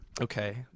Okay